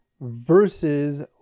versus